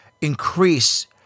increase